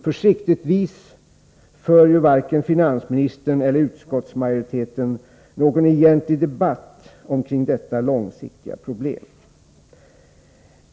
Försiktigtvis för varken finansministern eller utskottsmajoriteten någon egentlig argumentation kring detta långsiktiga problem.